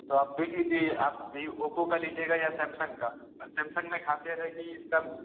तो आप देख लीजिए आप वी ओप्प का लीजिएगा या सैमसंग का सैमसंग में ख़ासियत है कि